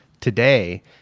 today